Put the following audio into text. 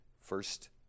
first